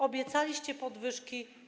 Obiecaliście podwyżki.